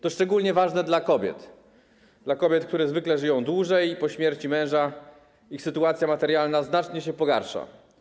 To szczególnie ważne dla kobiet - dla kobiet, które zwykle żyją dłużej i po śmierci męża ich sytuacja materialna znacznie się pogarsza.